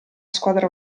squadra